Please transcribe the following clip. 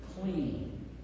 clean